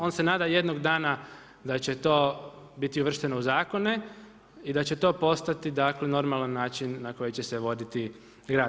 On se nada jednog dana da će to biti uvršteno u zakone i da će to postati dakle normalan način na koji će se voditi grad.